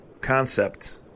concept